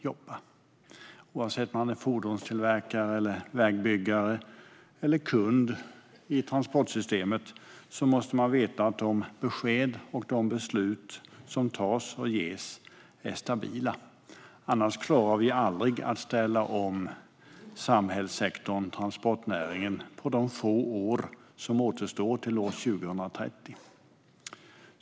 Oavsett om man är fordonstillverkare, vägbyggare eller kund i transportsystemet måste man veta att de besked som ges och de beslut som tas är stabila. Annars klarar vi aldrig att ställa om samhällssektorn transportnäringen på de få år som återstår till år 2030.